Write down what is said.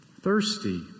thirsty